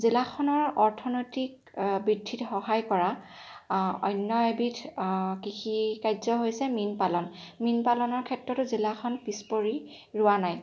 জিলাখনৰ অৰ্থনৈতিক বৃদ্ধিত সহায় কৰা অন্য এবিধ কৃষি কাৰ্য হৈছে মীন পালন মীন পালনৰ ক্ষেত্ৰতো জিলাখন পিছ পৰি ৰোৱা নাই